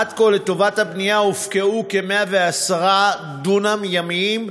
עד כה לטובת הבנייה הופקעו כ-110 דונם ימיים,